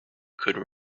could